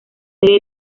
serie